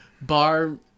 bar